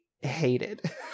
hated